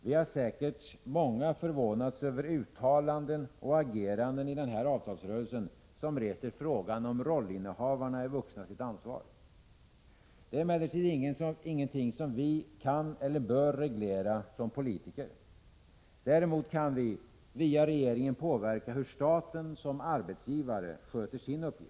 Vi har säkert många förvånats över uttalanden och ageranden i den här avtalsrörelsen, vilka reser frågan om rollinnehavarna är vuxna sitt ansvar. Det är emellertid ingenting som vi såsom politiker kan eller bör reglera. Däremot kan vi via regeringen påverka hur staten som arbetsgivare sköter sin uppgift.